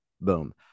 boom